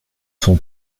son